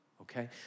Okay